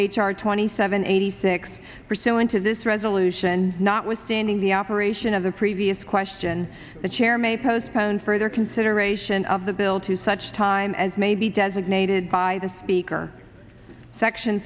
r twenty seven eighty six pursuant to this resolution notwithstanding the operation of the previous question the chair may postpone further consideration of the bill to such time as may be designated by the speaker section